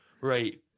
Right